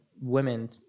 women